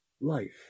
life